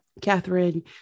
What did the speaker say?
Catherine